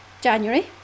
January